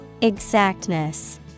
Exactness